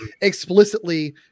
explicitly